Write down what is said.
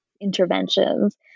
interventions